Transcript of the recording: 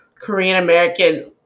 Korean-American